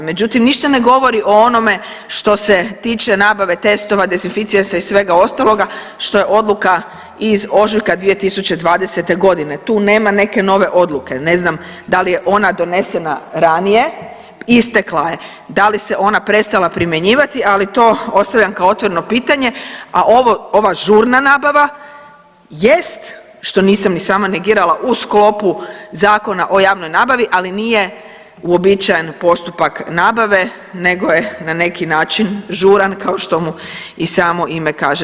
Međutim, ništa ne govori o onome što se tiče nabave testova, dezinficijensa i svega ostaloga, što je odluka iz ožujka 2020. g. Tu nema neke nove odluke, ne znam da li je ona donesena ranije, istekla, da li se ona prestala primjenjivati, ali to ostavljam kao otvoreno pitanje, a ovo, ova žurna nabava jest, što nisam ni sama negirala, u sklopu Zakona o javnoj nabavi, ali nije uobičajen postupak nabave nego je na neki način žuran, kao što mu i samo ime kaže.